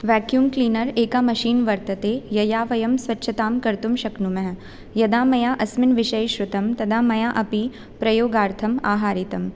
vacuum cleaner एका machine वर्तते यया वयं स्वच्छतां कर्तुं शक्नुमः यदा मया अस्मिन् विषये श्रुतं तदा मया अपि प्रयोगार्थम् आहारितम्